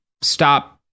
stop